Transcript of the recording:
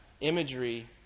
imagery